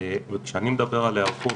זה אומר שכשתבוא חזית קרה,